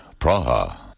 Praha